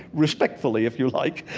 respectfully, if you like,